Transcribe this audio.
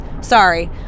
Sorry